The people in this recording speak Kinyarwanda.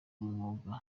umwuga